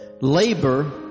labor